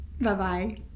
Bye-bye